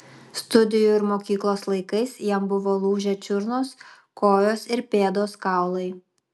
studijų ir mokyklos laikais jam buvo lūžę čiurnos kojos ir pėdos kaulai